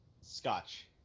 Scotch